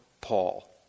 Paul